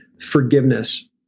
forgiveness